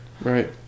Right